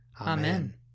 Amen